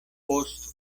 post